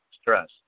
stress